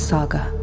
Saga